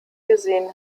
gesehen